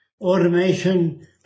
automation